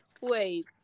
wait